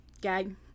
gag